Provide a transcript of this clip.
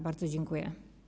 Bardzo dziękuję.